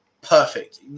perfect